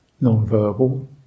non-verbal